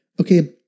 okay